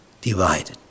divided